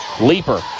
Leaper